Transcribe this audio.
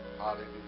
Hallelujah